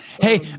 Hey